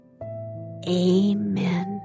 Amen